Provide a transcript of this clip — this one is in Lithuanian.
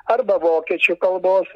arba vokiečių kalbos